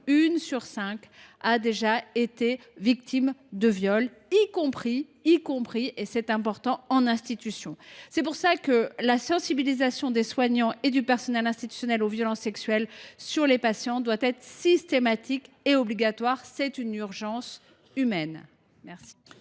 une sur cinq a déjà été victime de viol, y compris – et c’est important – en institution. Ainsi, la sensibilisation des soignants et du personnel institutionnel aux violences sexuelles sur les patients doit être systématique et obligatoire. Il s’agit d’une urgence humaine.